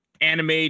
anime